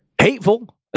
hateful